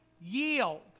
yield